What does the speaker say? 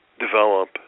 develop